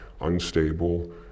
unstable